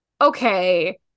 okay